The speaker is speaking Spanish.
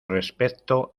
respecto